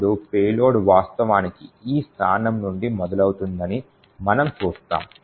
అప్పుడు పేలోడ్ వాస్తవానికి ఈ స్థానం నుండి మొదలవుతుందని మనము చూస్తాము